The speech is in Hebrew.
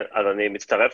אני מצטרף